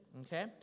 okay